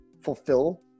fulfill